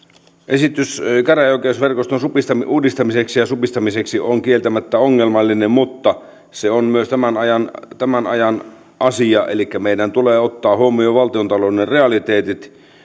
esitys käräjäoikeusverkoston uudistamiseksi ja supistamiseksi on kieltämättä ongelmallinen mutta se on myös tämän ajan tämän ajan asia elikkä meidän tulee ottaa huomioon valtiontalouden realiteetit